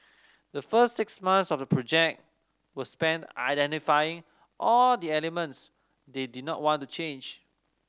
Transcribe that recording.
the first six months of the project were spent identifying all the elements they did not want to change